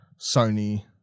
sony